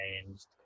changed